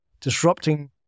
disrupting